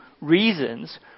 reasons